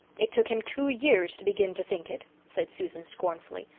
it took him two years to begin to think it, said susan scornfully.